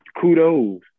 Kudos